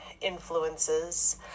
influences